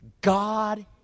God